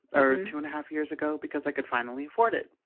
or and two and a half years ago because i could finally afford it.